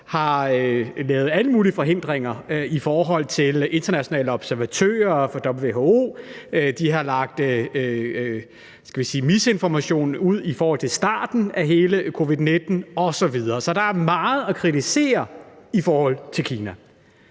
har lavet alle mulige forhindringer i forhold til de internationale observatører fra WHO, de har lagt misinformation ud om starten af hele covid-19 osv. Så der er meget at kritisere Kina